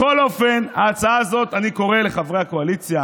בכל אופן, אני קורא לחברי הקואליציה